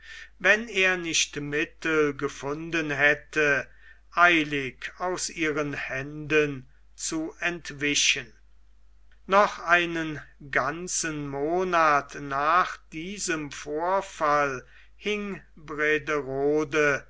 wenn er nicht mittel gefunden hätte eilig aus ihren händen zu entwischen noch einen ganzen monat nach diesem vorfall